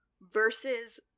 versus